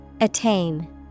Attain